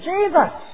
Jesus